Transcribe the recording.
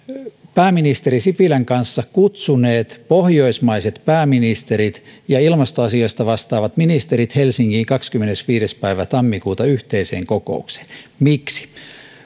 pääministeri sipilän kanssa kutsuneet pohjoismaiset pääministerit ja ilmastoasioista vastaavat ministerit helsinkiin kahdeskymmenesviides päivä tammikuuta yhteiseen kokoukseen miksi